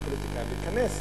הפוליטיקאים להיכנס.